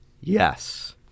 yes